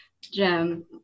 gem